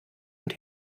und